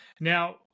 Now